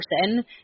person